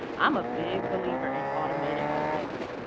i'm a big believer in automated updates.